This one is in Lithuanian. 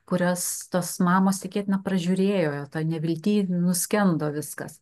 kurias tos mamos tikėtina pražiūrėjo toj nevilty nuskendo viskas